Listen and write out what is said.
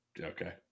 okay